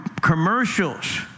commercials